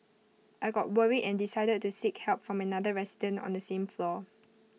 I got worried and decided to seek help from another resident on the same floor